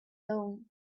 loan